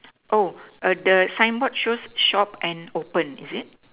oh the signboard shows shop and open is it